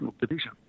division